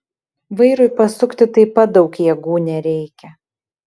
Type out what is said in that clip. vairui pasukti taip pat daug jėgų nereikia